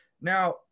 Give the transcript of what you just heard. now